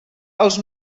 els